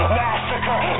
massacre